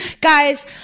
Guys